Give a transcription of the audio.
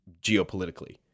geopolitically